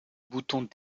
boutons